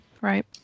right